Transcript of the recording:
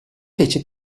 fece